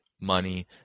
money